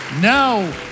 Now